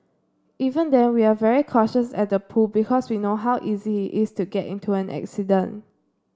even then we're very cautious at the pool because we know how easy is to get into an accident